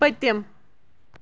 پٔتِم